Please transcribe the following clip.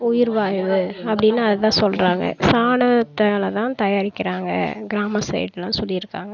உயிர்வாய்வு அப்படின்னு அதை தான் சொல்கிறாங்க சாணத்தால் தான் தயாரிக்கிறாங்க கிராம சைடுலாம் சொல்லியிருக்காங்க